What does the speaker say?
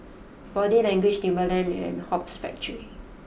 Body Language Timberland and Hoops Factory